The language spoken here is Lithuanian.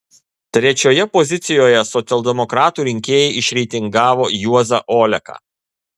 trečioje pozicijoje socialdemokratų rinkėjai išreitingavo juozą oleką